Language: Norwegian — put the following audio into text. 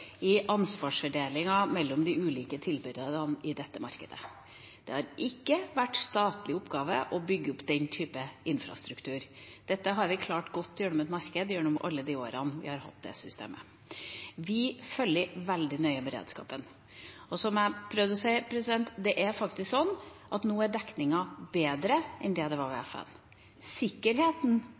i ansvarsfordelingen mellom de ulike tilbyderne i dette markedet. Det har ikke vært en statlig oppgave å bygge opp den typen infrastruktur. Dette har vi klart godt gjennom et marked i alle de årene vi har hatt det systemet. Vi følger beredskapen veldig nøye. Og som jeg prøvde å si: Det er faktisk sånn at dekningen nå er bedre enn den var med FM. Sikkerheten